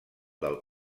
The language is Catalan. del